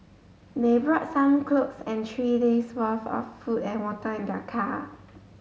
they brought some clothes and three days worth of food and water in their car